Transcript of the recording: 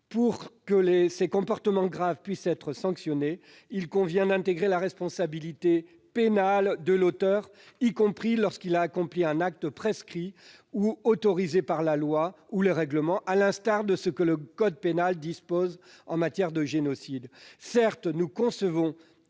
Pour que ces comportements graves puissent être sanctionnés, il convient d'intégrer la responsabilité pénale de l'auteur, y compris lorsqu'il a accompli un acte prescrit ou autorisé par la loi ou le règlement, à l'instar de ce que le code pénal dispose en matière de génocide.